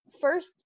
first